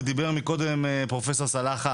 ודיבר קודם פרופ' סלאלחה,